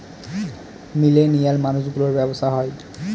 millennial মানুষ গুলোর ব্যাবসা হয়